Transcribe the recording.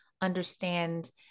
Understand